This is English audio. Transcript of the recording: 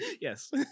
yes